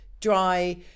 dry